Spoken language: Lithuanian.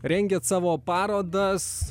rengiat savo parodas